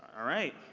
all right.